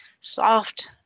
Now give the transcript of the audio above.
soft